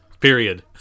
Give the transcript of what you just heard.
Period